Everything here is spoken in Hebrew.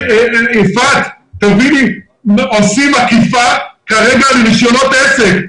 יפעת, תביני, עושים אכיפה כרגע על רישיונות עסק.